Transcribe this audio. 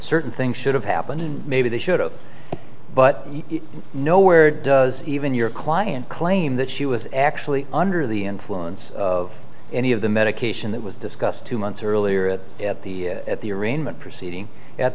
certain things should have happened maybe they should but nowhere does even your client claim that she was actually under the influence of any of the medication that was discussed two months earlier at the at the arraignment proceeding at